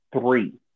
three